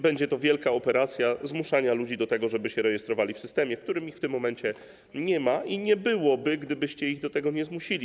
Będzie to więc wielka operacja zmuszania ludzi do tego, żeby rejestrowali się w systemie, w którym ich w tym momencie nie ma i nie byłoby, gdybyście ich do tego nie zmusili.